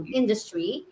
industry